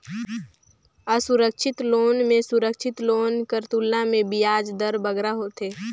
असुरक्छित लोन में सुरक्छित लोन कर तुलना में बियाज दर बगरा होथे